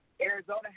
Arizona